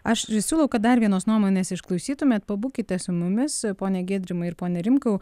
aš siūlau kad dar vienos nuomonės išklausytumėt pabūkite su mumis pone giedrimai ir pone rimkau